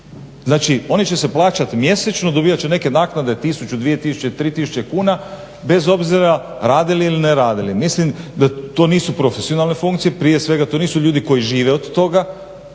znači oni će se plaćati mjesečno dobivat će neku naknadu, tisuću, 2 tisuće, 3 tisuće kuna bez obzira radili ili ne radili. Mislim da to nisu profesionalne funkcije, prije svega to nisu ljudi koji žive od toga